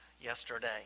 yesterday